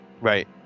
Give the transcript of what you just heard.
Right